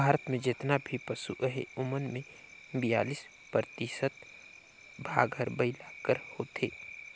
भारत में जेतना भी पसु अहें ओमन में बियालीस परतिसत भाग हर बइला कर होथे